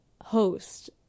host